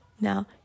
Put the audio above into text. Now